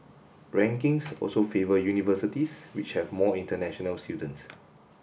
rankings also favour universities which have more international students